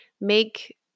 Make